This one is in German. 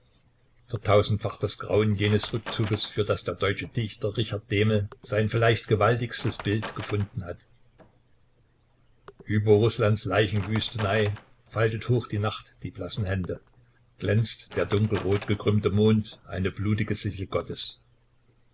vertausendfacht das grauen jenes rückzuges für das der deutsche dichter richard dehmel sein vielleicht gewaltigstes bild gefunden hat über rußlands leichenwüstenei faltet hoch die nacht die blassen hände glänzt der dunkelrot gekrümmte mond eine blutige sichel gottes